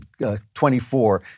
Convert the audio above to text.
24